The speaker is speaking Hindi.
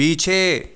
पीछे